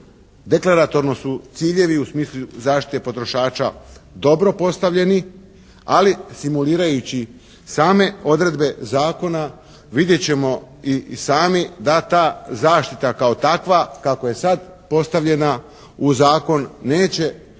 Deklaratorno su ciljevi u smislu zaštite potrošača dobro postavljeni, ali simulirajući same odredbe zakona vidjet ćemo i sami da ta zaštita kao takva kako je sad postavljena u zakon neće